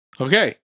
Okay